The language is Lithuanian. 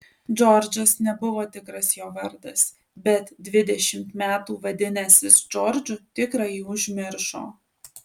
džordžas nebuvo tikras jo vardas bet dvidešimt metų vadinęsis džordžu tikrąjį užmiršo